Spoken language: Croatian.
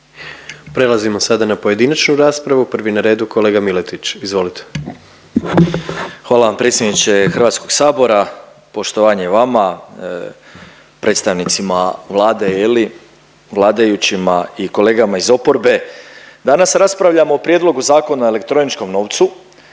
Prelazimo sada na pojedinačnu raspravu. Prvi na redu kolega Miletić, izvolite. **Miletić, Marin (MOST)** Hvala predsjedniče Hrvatskog sabora, poštovanje vama, predstavnicima Vlade je li, vladajućima i kolegama iz oporbe. Danas raspravljamo o Prijedlogu zakona o elektroničnom novcu,